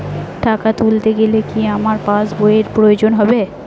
টাকা তুলতে গেলে কি আমার পাশ বইয়ের প্রয়োজন হবে?